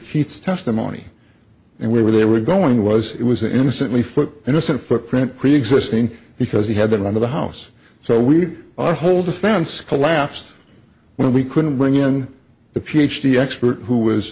keith's testimony and where they were going was it was innocently foot innocent footprint create existing because he had been under the house so we our whole defense collapsed when we couldn't bring in the ph d expert who was